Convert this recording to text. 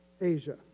Asia